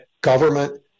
government –